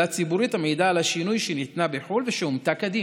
ציבורית המעידה על השינוי שניתנה בחו"ל ושאומתה כדין,